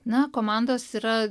na komandos yra